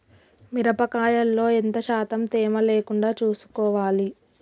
మిరప కాయల్లో ఎంత శాతం తేమ లేకుండా చూసుకోవాలి?